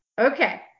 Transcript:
okay